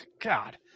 God